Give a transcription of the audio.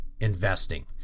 investing